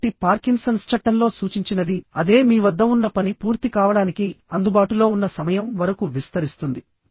కాబట్టి పార్కిన్సన్స్ చట్టంలో సూచించినది అదే మీ వద్ద ఉన్న పని పూర్తి కావడానికి అందుబాటులో ఉన్న సమయం వరకు విస్తరిస్తుంది